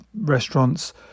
restaurants